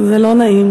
זה לא נעים.